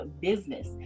business